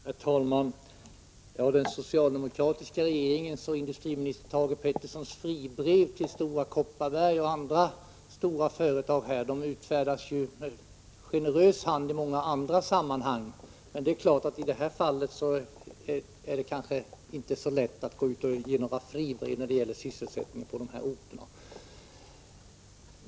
Herr talman! Det talas om den socialdemokratiska regeringens och industriminister Thage Petersons fribrev till Stora Kopparberg och andra stora företag. Sådana fribrev utfärdas ju med generös hand i många sammanhang, men i detta fall är det kanske inte så lätt att ge fribrev när det gäller sysselsättningen på de ifrågavarande orterna.